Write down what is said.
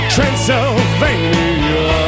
Transylvania